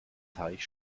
teich